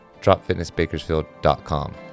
dropfitnessbakersfield.com